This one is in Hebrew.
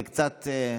וזה קצת,